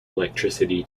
electricity